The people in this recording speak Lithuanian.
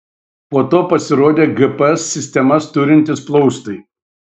po to pasirodė gps sistemas turintys plaustai